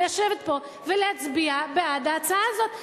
ולשבת פה ולהצביע בעד ההצעה הזאת.